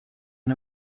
and